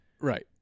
Right